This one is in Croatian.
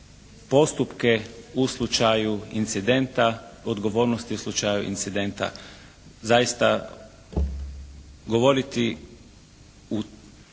postupke u slučaju incidenta, odgovornosti u slučaju incidenta. Zaista govoriti u